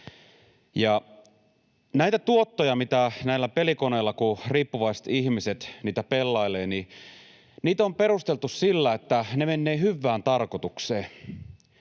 Näitä tuottoja, mitä saadaan näillä pelikoneilla, kun riippuvaiset ihmiset niitä pelailevat, on perusteltu sillä, että ne menevät hyvään tarkoitukseen.